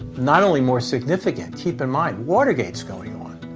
not only more significant, keep in mind watergate's going on!